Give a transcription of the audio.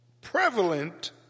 prevalent